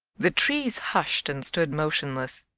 the trees hushed and stood motionless.